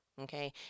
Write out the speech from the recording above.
okay